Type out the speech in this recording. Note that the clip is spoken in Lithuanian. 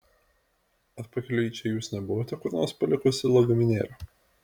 ar pakeliui į čia jūs nebuvote kur nors palikusi lagaminėlio